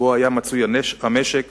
שהמשק